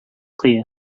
кое